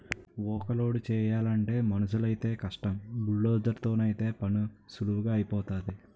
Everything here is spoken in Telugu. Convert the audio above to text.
ఊక లోడు చేయలంటే మనుసులైతేయ్ కష్టం బుల్డోజర్ తోనైతే పనీసులువుగా ఐపోతాది